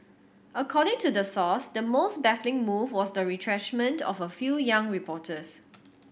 according to the source the most baffling move was the retrenchment of a few young reporters